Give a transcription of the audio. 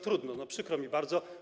Trudno, przykro mi bardzo.